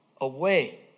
away